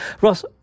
Ross